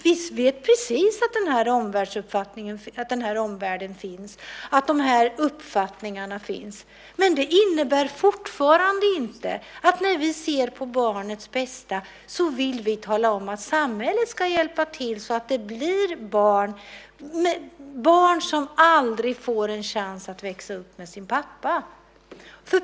Vi vet mycket väl att den här omvärlden och de här uppfattningarna finns, men det innebär fortfarande inte att vi, när vi ser på barnets bästa, vill tala om att samhället ska hjälpa till så att det blir barn som aldrig får en chans att växa upp med sin pappa.